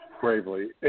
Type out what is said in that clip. gravely